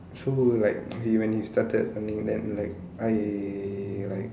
so like when he when he started running then like I like